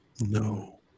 No